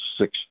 six